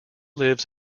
lives